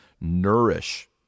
nourish